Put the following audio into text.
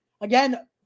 again